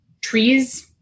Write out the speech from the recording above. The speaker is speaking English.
Trees